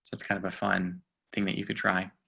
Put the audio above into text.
it's it's kind of a fun thing that you could try